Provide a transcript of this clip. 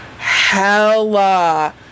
Hella